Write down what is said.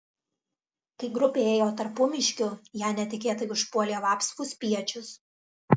kai grupė ėjo tarpumiškiu ją netikėtai užpuolė vapsvų spiečius